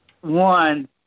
one